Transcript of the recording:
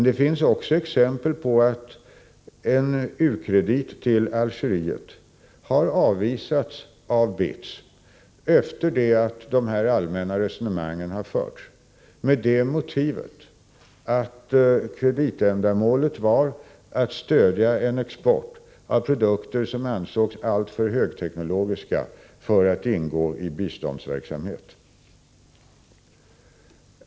Det finns också exempel på att en u-kredit till Algeriet har avvisats av BITS med det motivet att kreditändamålet varit att stödja en export av produkter som ansågs alltför högteknologiska för att ingå i biståndsverksamhet.